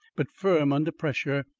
but firm under pressure,